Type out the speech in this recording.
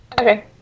Okay